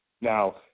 Now